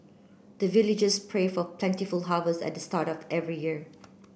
the villagers pray for plentiful harvest at the start of every year